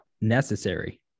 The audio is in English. necessary